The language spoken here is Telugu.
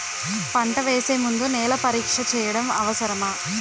పంట వేసే ముందు నేల పరీక్ష చేయటం అవసరమా?